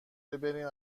بریم